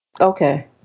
Okay